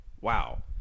wow